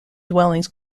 dwellings